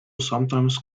sometimes